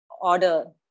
order